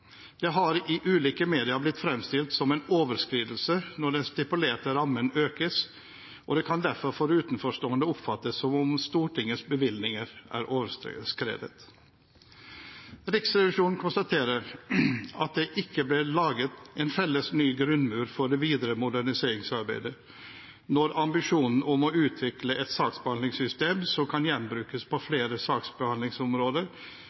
Det har i ulike medier blitt fremstilt som en overskridelse når den stipulerte rammen økes, og det kan derfor for utenforstående oppfattes som om Stortingets bevilgninger er overskredet. Riksrevisjonen konstaterer at det ikke blir laget en felles ny grunnmur for det videre moderniseringsarbeidet når ambisjonen om å utvikle et saksbehandlingssystem som kan gjenbrukes på flere saksbehandlingsområder,